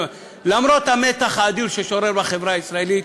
למרות המתח האדיר ששורר בחברה הישראלית,